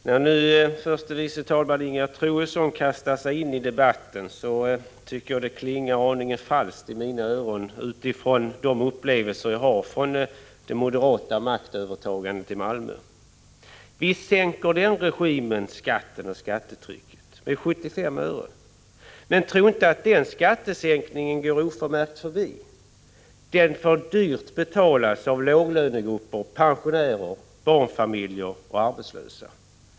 Herr talman! När nu förste vice talman Ingegerd Troedsson kastar sig in i debatten, tycker jag att det klingar aningen falskt i mina öron, utifrån de upplevelser jag har från det moderata maktövertagandet i Malmö. Visst minskar den regimen skattetrycket - kommunalskatten sänks med 75 öre — men tro inte att den skattesänkningen går oförmärkt förbi! Den får dyrt betalas av låglönegrupper, pensionärer, barnfamiljer och arbetslösa.